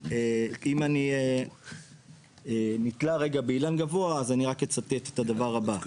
אם אני נתלה רגע באילן גבוה אז אני רק אצטט את הדבר הבא,